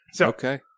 okay